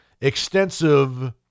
extensive